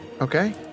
okay